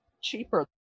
cheaper